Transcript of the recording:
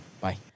Bye